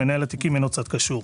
מנהל התיקים אינו צד קשור.